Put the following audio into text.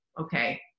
okay